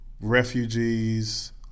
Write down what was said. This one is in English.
refugees